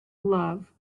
love